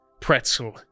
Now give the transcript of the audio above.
Pretzel